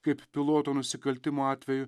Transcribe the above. kaip piloto nusikaltimų atveju